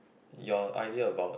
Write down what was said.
your idea about